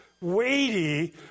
weighty